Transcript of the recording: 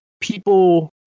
people